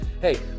hey